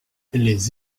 les